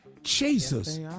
Jesus